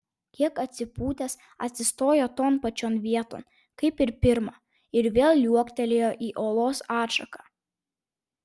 kiek atsipūtęs atsistojo ton pačion vieton kaip ir pirma ir vėl liuoktelėjo į olos atšaką